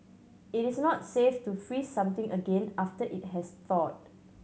it is not safe to freeze something again after it has thawed